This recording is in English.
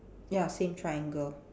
ya same triangle